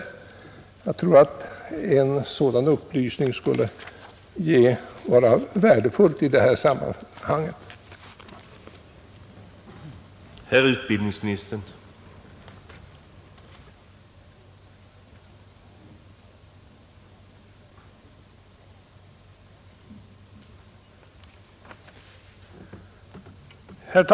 Jag tror att en sådan upplysning skulle vara värdefull och ett stöd för dem som skall handlägga dessa känsliga frågor.